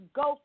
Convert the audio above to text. go